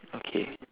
okay